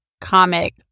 comic